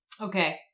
Okay